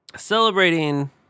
Celebrating